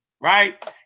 right